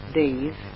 days